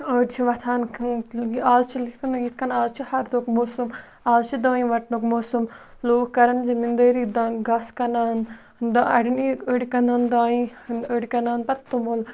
أڑۍ چھِ وۄتھان آز چھِ یِتھ کٔنۍ آز چھِ ہردُک موسم آز چھِ دانہِ وٹنُک موسم لوٗکھ کَرَن زٔمیٖندٲری گاسہٕ کٕنان اَڑٮ۪ن یہِ أڑۍ کٕنان دانہِ أڑۍ کٕنان پَتہٕ توٚمُل